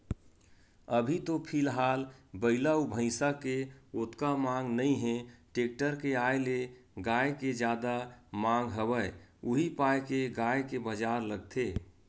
अभी तो फिलहाल बइला अउ भइसा के ओतका मांग नइ हे टेक्टर के आय ले गाय के जादा मांग हवय उही पाय के गाय के बजार लगथे